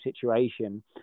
situation